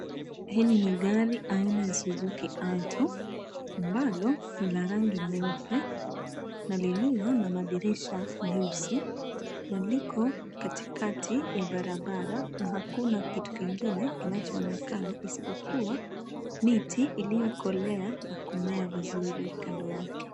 Hili ni gari aina ya Suzuki Alto ambalo lina rangi nyeupe na lililona madirisha meusi na liko katikati ya barabara na akuna kitu kingine kinachonekana isipokuwa miti iliyokolea na kumea vizuri kando yake.